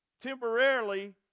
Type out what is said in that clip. temporarily